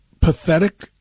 pathetic